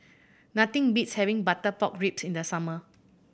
nothing beats having butter pork ribs in the summer